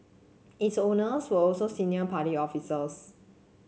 its owner were also senior party officers